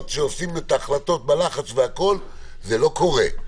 שבהן מקבלים את ההחלטות בלחץ זה לא קורה.